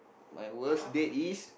my worst date is